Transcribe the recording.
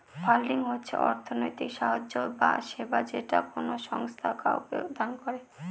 funding হচ্ছে অর্থনৈতিক সাহায্য বা সেবা যেটা কোনো সংস্থা কাউকে দান করে